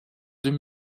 deux